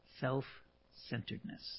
self-centeredness